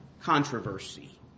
controversy